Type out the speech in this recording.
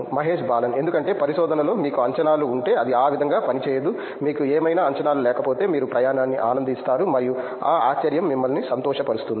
మహేష్ బాలన్ ఎందుకంటే పరిశోధనలో మీకు అంచనాలు ఉంటే అది ఆ విధంగా పనిచేయదు మీకు ఏమైనా అంచనాలు లేకపోతే మీరు ప్రయాణాన్ని ఆనందిస్తారు మరియు ఆ ఆశ్చర్యం మిమ్మల్ని సంతోషపరుస్తుంది